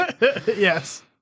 yes